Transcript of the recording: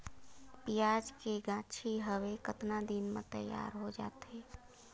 पियाज के गाछी हवे कतना दिन म तैयार हों जा थे?